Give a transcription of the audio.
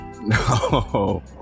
no